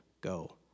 go